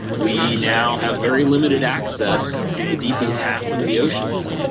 we now have very limited access to the deepest half of the oceans.